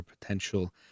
potential